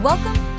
Welcome